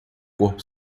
corpo